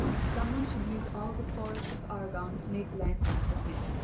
if some one should use all the forest of argone to make lances for him,